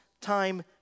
time